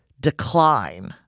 decline